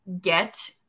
get